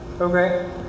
Okay